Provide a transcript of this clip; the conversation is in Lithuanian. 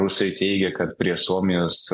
rusai teigia kad prie suomijos